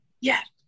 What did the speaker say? yes